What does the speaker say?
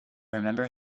remember